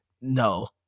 no